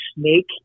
snake